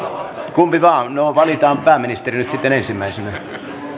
kumpi vaan no valitaan pääministeri nyt sitten ensimmäisenä